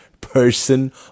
person